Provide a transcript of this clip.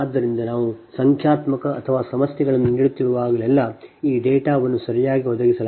ಆದ್ದರಿಂದ ನಾವು ಸಂಖ್ಯಾತ್ಮಕ ಅಥವಾ ಸಮಸ್ಯೆಗಳನ್ನು ನೀಡುತ್ತಿರುವಾಗಲೆಲ್ಲಾ ಈ ಡೇಟಾವನ್ನು ಸರಿಯಾಗಿ ಒದಗಿಸಲಾಗುತ್ತದೆ